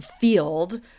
field